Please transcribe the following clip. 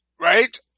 right